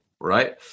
right